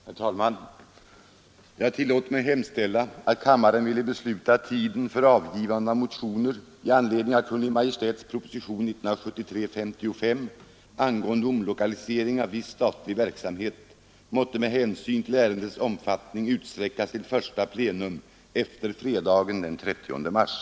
Herr talman! Jag tillåter mig hemställa att kammaren ville besluta att tiden för avgivande av motioner i anledning av Kungl. Maj:ts proposition 1973:55 angående omlokalisering av viss statlig verksamhet måtte med hänsyn till ärendets omfattning utsträckas till första plenum efter fredagen den 30 mars.